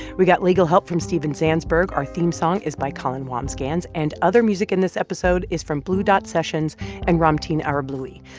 we got legal help from steven zansberg our theme song is by colin wambsgans, and other music in this episode is from blue dot sessions and ramtin arablouei.